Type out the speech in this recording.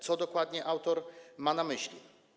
Co dokładnie autor ma na myśli?